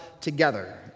together